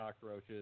Cockroaches